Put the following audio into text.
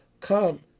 come